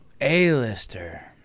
A-lister